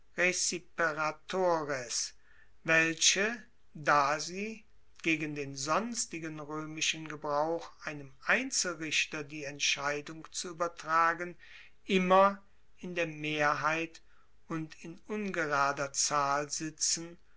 welche da sie gegen den sonstigen roemischen gebrauch einem einzelrichter die entscheidung zu uebertragen immer in der mehrheit und in ungerader zahl sitzen